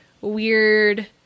weird